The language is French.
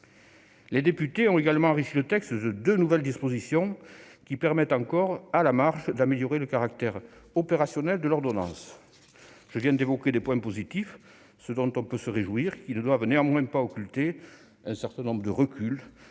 Les députés ont également enrichi le texte de deux nouvelles dispositions qui permettent encore, à la marge, d'améliorer le caractère opérationnel de l'ordonnance. Je viens d'évoquer des points positifs, dont on peut se réjouir. Ceux-ci ne doivent néanmoins pas occulter un certain nombre de reculs